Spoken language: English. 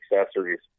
accessories